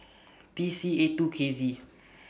T C eight two K Z